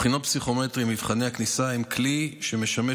בחינות הפסיכומטרי ומבחני הכניסה הם כלי שמשמש